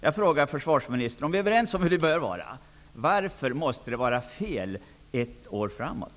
Om vi, försvarsministern, är överens om hur det bör vara, varför måste det i så fall vara fel under ett år framåt?